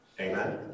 Amen